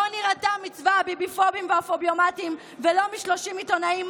לא נירתע מצבא ה"ביביפובים" וה"פוביומטים" ולא מ-30 עיתונאים,